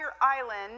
island